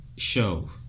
show